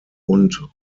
und